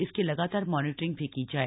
इसकी लगातार मॉनिटरिंग भी की जाए